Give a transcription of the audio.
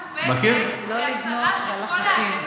"לפשט" זאת מילה מכובסת להסרה של כל ההגנות,